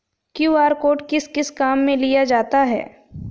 QR code किस किस काम में लिया जाता है?